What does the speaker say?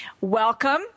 Welcome